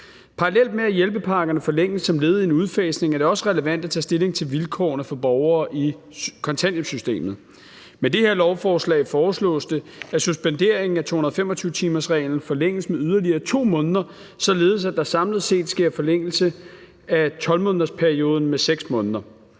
Parallelt med at hjælpepakkerne forlænges som led i en udfasning, er det også relevant at tage stilling til vilkårene for borgere i kontanthjælpssystemet. Med det her lovforslag foreslås det, at suspenderingen af 225-timersreglen forlænges med yderligere 2 måneder, således at der samlet set sker en forlængelse af 12-månedersperioden med 6 måneder.